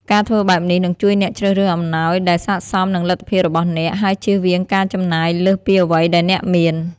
ការធ្វើបែបនេះនឹងជួយអ្នកជ្រើសរើសអំណោយដែលស័ក្តិសមនឹងលទ្ធភាពរបស់អ្នក ហើយជៀសវាងការចំណាយលើសពីអ្វីដែលអ្នកមាន។